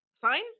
Fine